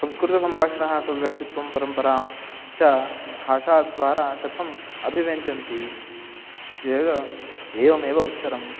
संस्कृतसम्भाषणं स्वव्यक्तित्वं परम्परां च भाषाद्वारा कथम् अभिव्यञ्चयन्ति चेद् एवमेव उत्तरम्